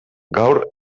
gaur